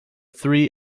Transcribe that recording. three